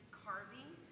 carving